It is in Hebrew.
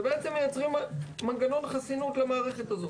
ומייצרים מנגנון חסינות למערכת הזאת,